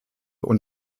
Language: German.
und